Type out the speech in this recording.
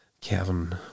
Kevin